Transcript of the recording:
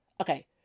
okay